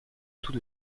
tout